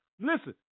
Listen